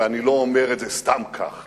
ואני לא אומר את זה סתם כך.